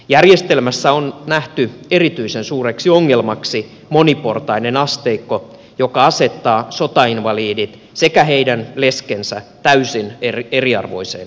järjestelmässä on nähty erityisen suureksi ongelmaksi moniportainen asteikko joka asettaa sotainvalidit sekä heidän leskensä täysin eriarvoiseen asemaan